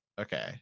Okay